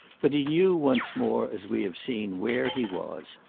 but he knew, once more, as we have seen, where he was,